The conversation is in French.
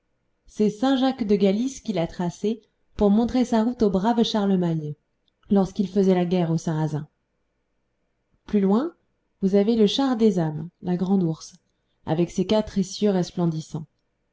galice qui l'a tracé pour montrer sa route au brave charlemagne lorsqu'il faisait la guerre aux sarrasins plus loin vous avez le char des âmes la grande ourse avec ses quatre essieux resplendissants